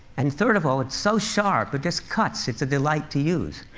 and third of all, it's so sharp, it just cuts. it's a delight to use.